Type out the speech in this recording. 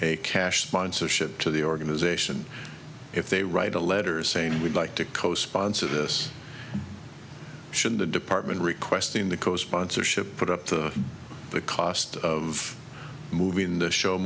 a cash sponsorship to the organization if they write a letter saying we'd like to co sponsor this should the department requesting the co sponsorship put up to the cost of moving the show